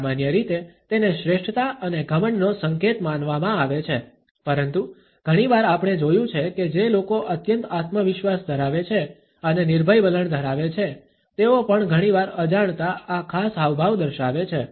સામાન્ય રીતે તેને શ્રેષ્ઠતા અને ઘમંડનો સંકેત માનવામાં આવે છે પરંતુ ઘણી વાર આપણે જોયું છે કે જે લોકો અત્યંત આત્મવિશ્વાસ ધરાવે છે અને નિર્ભય વલણ ધરાવે છે તેઓ પણ ઘણીવાર અજાણતા આ ખાસ હાવભાવ દર્શાવે છે